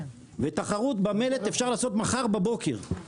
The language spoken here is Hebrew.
תחרות במלט אפשר לעשות מחר בבוקר.